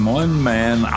one-man